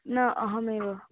न अहमेव